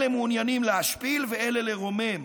אלה מעוניינים להשפיל ואלה לרומם.